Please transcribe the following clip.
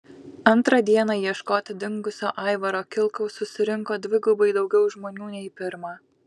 antrą dieną ieškoti dingusio aivaro kilkaus susirinko dvigubai daugiau žmonių nei pirmą